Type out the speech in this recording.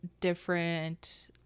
different